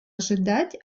ожидать